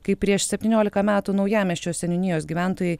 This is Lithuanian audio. kai prieš septyniolika metų naujamiesčio seniūnijos gyventojai